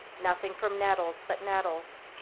nothing from nettles but nettles.